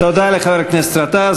תודה לחבר הכנסת גטאס.